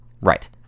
Right